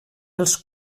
els